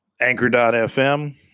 Anchor.fm